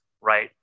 right